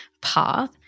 path